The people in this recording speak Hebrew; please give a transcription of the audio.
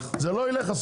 זה לא ילך.